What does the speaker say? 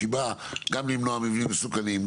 שהיא באה גם למנוע מבנים מסוכנים,